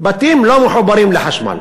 בתים לא מחוברים לחשמל.